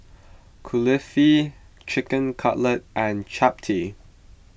Kulfi Chicken Cutlet and Chapati